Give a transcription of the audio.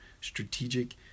strategic